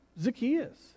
Zacchaeus